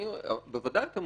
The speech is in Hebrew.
בוודאי אתם